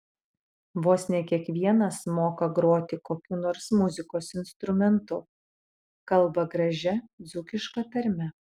vos ne kiekvienas moka groti kokiu nors muzikos instrumentu kalba gražia dzūkiška tarme